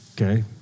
Okay